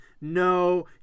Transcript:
no